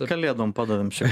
kalėdom padavėm čia